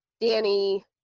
Danny